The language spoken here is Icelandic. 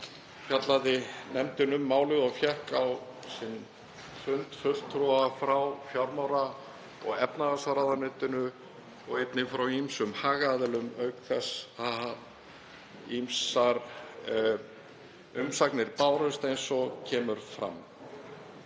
fjallaði nefndin um málið og fékk á sinn fund fulltrúa frá fjármála- og efnahagsráðuneytinu og einnig frá ýmsum hagaðilum auk þess sem ýmsar umsagnir bárust, eins og kemur fram.